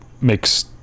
makes